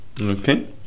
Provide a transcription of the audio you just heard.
Okay